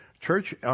Church